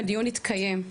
הדיון התקיים.